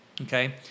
okay